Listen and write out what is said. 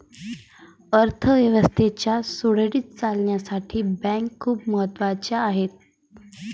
अर्थ व्यवस्थेच्या सुरळीत चालण्यासाठी बँका खूप महत्वाच्या आहेत